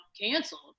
canceled